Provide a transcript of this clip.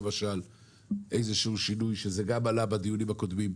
לעשות איזשהו שינוי שעלה בדיונים הקודמים.